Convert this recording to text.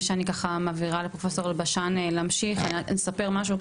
לפני שאני נותנת לפרופסור אלבשן להמשיך אני אספר משהו,